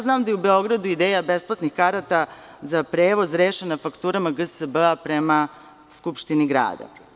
Znam da je u Beogradu ideja besplatnih karata za prevoz rešena fakturama GSB-a prema Skupštini grada.